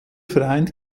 vereint